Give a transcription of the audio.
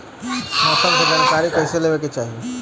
मौसम के जानकारी कईसे लेवे के चाही?